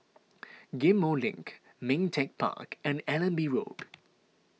Ghim Moh Link Ming Teck Park and Allenby Road